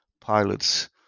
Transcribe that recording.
pilots